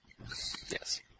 Yes